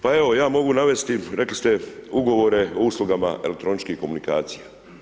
Pa evo, ja mogu navesti, rekli ste Ugovore o uslugama elektroničkih komunikacija.